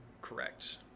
Correct